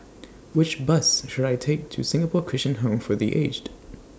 Which Bus should I Take to Singapore Christian Home For The Aged